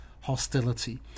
hostility